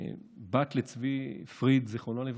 בת לצבי פריד, זיכרונו לברכה,